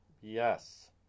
yes